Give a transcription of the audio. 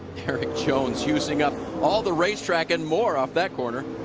erik jones using up all the racetrack and more off that corner.